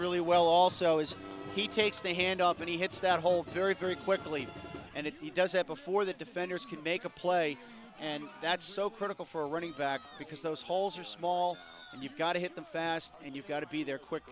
really well also is he takes the handoff and he hits that hole very very quickly and if he does it before the defenders can make a play and that's so critical for a running back because those holes are small and you've got to hit them fast and you've got to be there quick